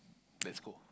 let's go